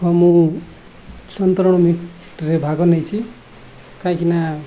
ହଁ ମୁଁ ସନ୍ତରଣ ମିଟରେ ଭାଗ ନେଇଛିି କାହିଁକିନା